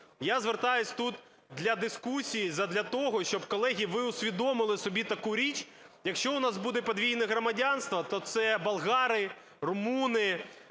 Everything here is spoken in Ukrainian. Я звертаюсь тут для дискусії задля того, щоб, колеги, ви усвідомили собі таку річ: якщо у нас буде подвійне громадянство, то це болгари, румуни,